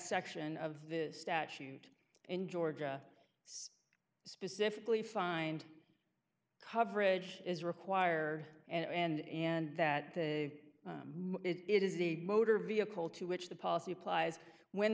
section of the statute in georgia specifically find coverage is required and and that it is the motor vehicle to which the policy applies when